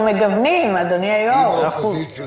מגוונים, אדוני היושב-ראש.